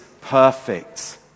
perfect